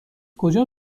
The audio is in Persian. کجا